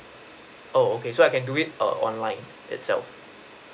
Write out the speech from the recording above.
oh okay so I can do it err online itself